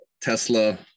Tesla